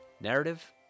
narrative